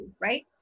right